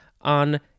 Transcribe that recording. on